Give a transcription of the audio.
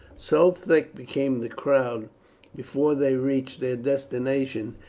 so thick became the crowd before they reached their destination,